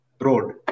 road